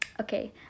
okay